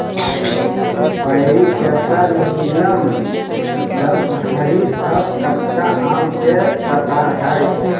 पयरी, केसर, नीलम, दशहरी सब कच्चा आम के प्रकार हय